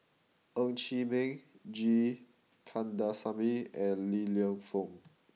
Ng Chee Meng G Kandasamy and Li Lienfung